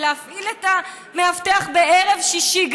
ולהפעיל את המאבטח בערב שישי,